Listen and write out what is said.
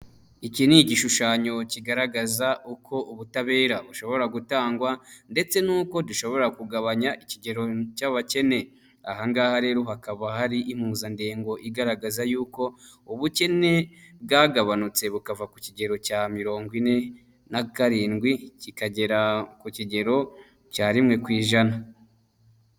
Iki ni igishushanyo kigaragaza uko ubutabera bushobora gutangwa, ndetse n'uko dushobora kugabanya ikigero cy'abakene. Aha ngaha rero hakaba hari impuzandengo igaragaza y'uko ubukene bwagabanutse bukava ku kigero cya mirongo ine na karindwi kikagera ku kigero cya rimwe ku ijana.